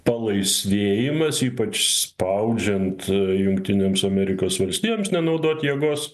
palaisvėjimas ypač spaudžiant jungtinėms amerikos valstijoms nenaudot jėgos